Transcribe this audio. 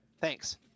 thanks